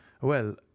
Well